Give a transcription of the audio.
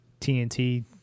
TNT